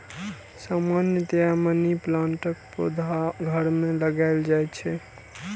सामान्यतया मनी प्लांटक पौधा घर मे लगाएल जाइ छै